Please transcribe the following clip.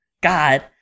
God